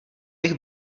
bych